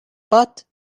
butt